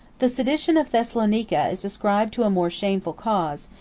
the sedition of thessalonica is ascribed to a more shameful cause,